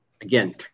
again